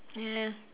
eh